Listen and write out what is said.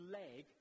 leg